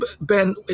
Ben